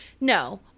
No